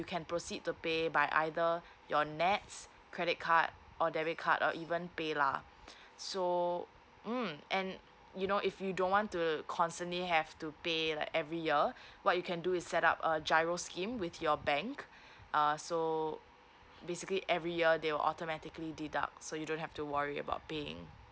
you can proceed to pay by either your NETS credit card or debit card or even paylah so mm and you know if you don't want to constantly have to pay like every year what you can do is set up a giro scheme with your bank uh so basically every year they will automatically deduct so you don't have to worry about paying